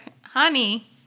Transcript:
Honey